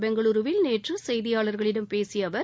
பெய்களுருவில் நேற்று செய்தியாளர்களிடம் பேசிய அவர்